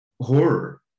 horror